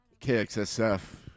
KXSF